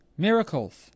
Miracles